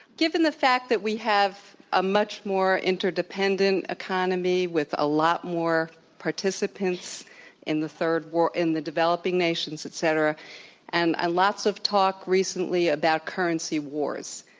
given the fact that we have a much more interdependent economy with a lot more participants in the third world in the developing nations, etcetera, and a ah lot so of talk recently about currency wars,